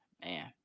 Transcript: man